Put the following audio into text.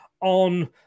on